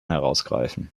herausgreifen